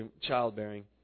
childbearing